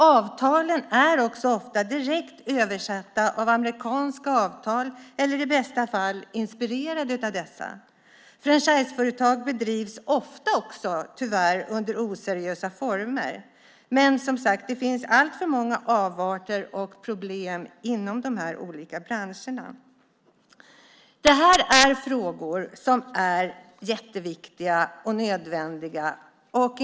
Avtalen är också ofta direkt översatta amerikanska avtal eller i bästa fall inspirerade av dessa. Franchiseföretag bedrivs också ofta - tyvärr - under oseriösa former. Men det finns alltför många avarter och problem i de olika branscherna. Det här är frågor som är viktiga och nödvändiga att besvara.